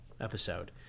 episode